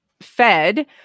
fed